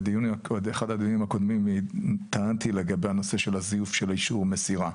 באחד הדיונים הקודמים טענתי לגבי הנושא של הזיוף של אישור המסירה.